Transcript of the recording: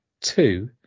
two